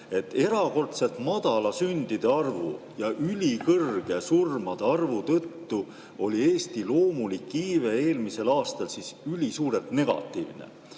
Erakordselt madala sündide arvu ja ülikõrge surmade arvu tõttu oli Eesti loomulik iive eelmisel aastal ülisuurelt negatiivne.